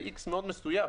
זה X מאוד מסוים.